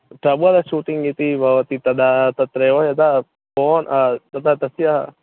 troubleshooting इति भवति तदा तत्रैव यदा पोन् तदा तस्य